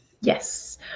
Yes